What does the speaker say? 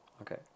Okay